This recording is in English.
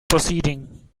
proceeding